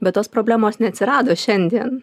bet tos problemos neatsirado šiandien